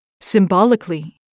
Symbolically